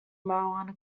marijuana